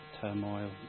turmoil